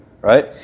right